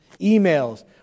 emails